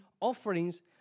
offerings